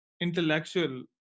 intellectual